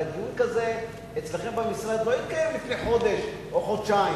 הרי דיון כזה אצלכם במשרד לא התקיים לפני חודש או חודשיים,